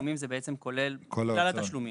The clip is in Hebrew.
תשלומים כוללים את כלל התשלומים.